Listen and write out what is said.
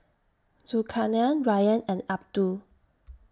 Zulkarnain Ryan and Abdul